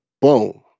Boom